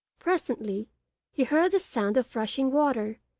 presently he heard the sound of rushing water,